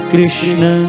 Krishna